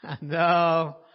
No